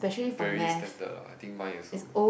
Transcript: very standard lah I think mine also